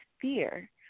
fear